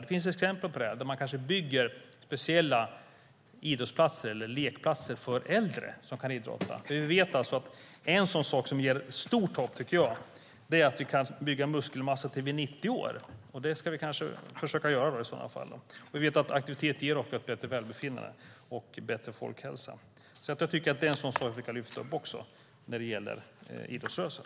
Det finns exempel på att man bygger speciella idrottsplatser eller lekplatser för äldre där de kan idrotta. Det ska vi kanske försöka göra. Jag tycker att detta är en sak som vi kan lyfta fram när det gäller idrottsrörelsen.